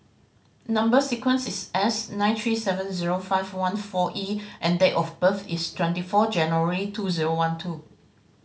number sequence is S nine three seven zero five one four E and date of birth is twenty four January two zero one two